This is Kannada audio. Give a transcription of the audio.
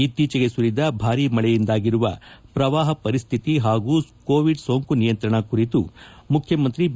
ಇತ್ತೀಚೆಗೆ ಸುರಿದ ಭಾರಿ ಮಳೆಯಿಂದಾಗಿರುವ ಪ್ರವಾಹ ಪರಿಸ್ಥಿತಿ ಹಾಗೂ ಕೋವಿಡ್ ಸೋಂಕು ನಿಯಂತ್ರಣ ಕುರಿತು ಮುಖ್ಯಮಂತ್ರಿ ಬಿ